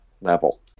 level